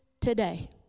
today